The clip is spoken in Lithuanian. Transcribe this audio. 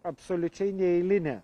absoliučiai neeilinė